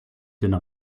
donne